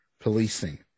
policing